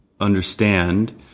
understand